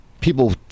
people